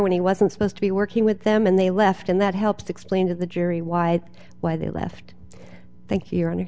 when he wasn't supposed to be working with them and they left and that helps explain to the jury why why they left thank you